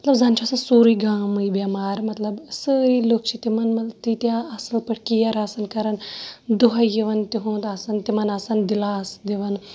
مَطلَب زَن چھُ آسان سورُے گامٕے بیٚمار مَطلَب سٲری لُکھ چھِ تِمَن تیٖتیاہ اَصل پٲٹھۍ کِیَر آسان کران دُہے یِوان تِہُنٛد آسان تِمَن آسان دِلاس دِوان